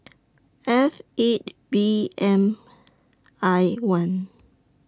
F eight V M I one